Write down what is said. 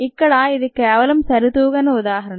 ఇక్కడ ఇది కేవలం సరితూగని ఉదాహరణ